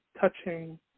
touching